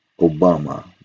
Obama